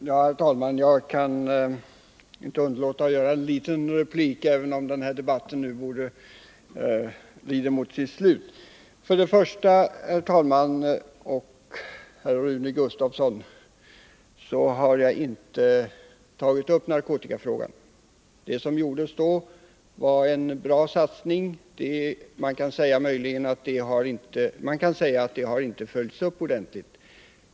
Herr talman! Jag kan inte underlåta att replikera Rune Gustavsson, även om denna debatt nu lider mot sitt slut. Jag har inte tagit upp narkotikafrågan. Det har gjorts en bra satsning, även om man kan säga att den inte har följts upp ordentligt.